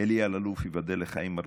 אלי אלאלוף, ייבדל לחיים ארוכים.